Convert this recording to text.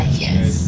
yes